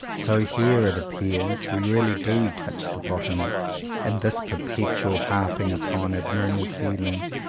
so here, it appears, we really do touch the bottom and this perpetual harping upon abnormal feelings,